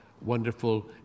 wonderful